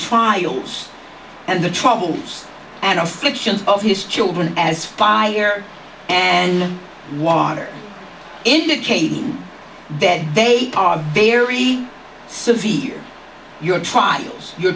trials and the troubles and afflictions of his children as fire and water indicating that they are very severe your trials your